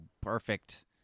perfect